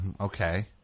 Okay